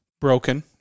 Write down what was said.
broken